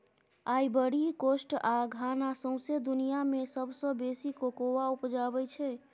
Ivory coast आ Ghana सौंसे दुनियाँ मे सबसँ बेसी कोकोआ उपजाबै छै